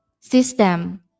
system